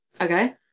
Okay